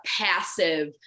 passive